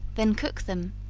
then cook them,